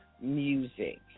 music